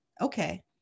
Okay